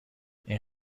این